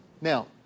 Now